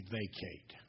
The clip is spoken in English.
vacate